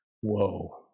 whoa